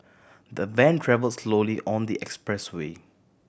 the van travel slowly on the expressway